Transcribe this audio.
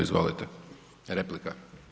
Izvolite, replika.